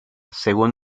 según